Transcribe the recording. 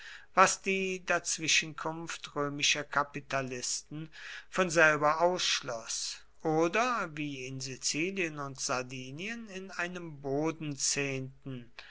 was die dazwischenkunft römischer kapitalisten von selber ausschloß oder wie in sizilien und sardinien in einem